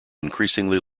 increasingly